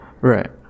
Right